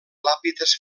làpides